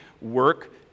work